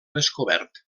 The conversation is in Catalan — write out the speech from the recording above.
descobert